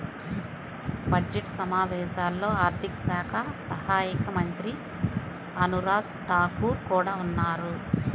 budget సమావేశాల్లో ఆర్థిక శాఖ సహాయక మంత్రి అనురాగ్ ఠాకూర్ కూడా ఉన్నారు